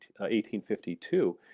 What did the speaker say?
1852